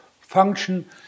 function